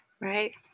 Right